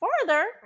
further